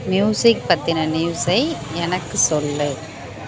music பற்றின நியூஸை எனக்கு சொல்லு